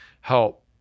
help